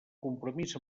compromís